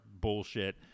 bullshit